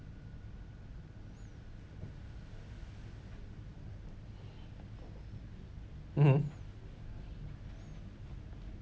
mmhmm